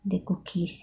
the cookies